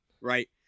right